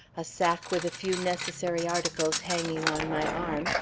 a sack with a few necessary articles hanging on my arm,